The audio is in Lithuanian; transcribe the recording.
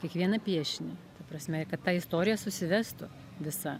kiekvieną piešinį ta prasme kad ta istorija susivestų visa